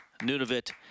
Nunavut